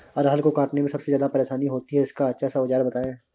अरहर को काटने में सबसे ज्यादा परेशानी होती है इसका अच्छा सा औजार बताएं?